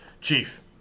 Chief